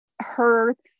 hurts